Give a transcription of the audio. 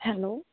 hello